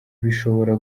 bishobora